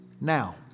Now